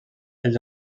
els